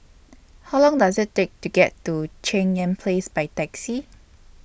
How Long Does IT Take to get to Cheng Yan Place By Taxi